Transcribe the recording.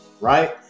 right